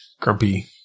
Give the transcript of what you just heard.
Grumpy